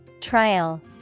Trial